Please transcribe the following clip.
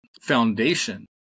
foundation